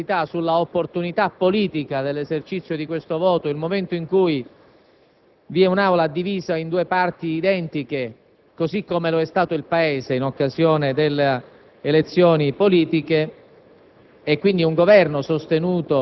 se vi sono delle perplessità sull'opportunità politica dell'esercizio di questo voto nel momento in cui vi è un'Aula divisa in due parti identiche - così come lo è stato il Paese in occasione delle elezioni politiche